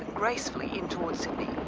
gracefully in towards sydney.